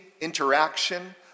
interaction